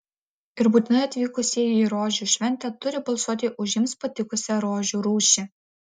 ir būtinai atvykusieji į rožių šventę turi balsuoti už jiems patikusią rožių rūšį